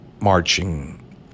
marching